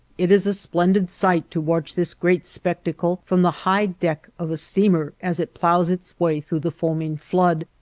it is a splendid sight to watch this great spectacle from the high deck of a steamer as it ploughs its way through the foaming flood,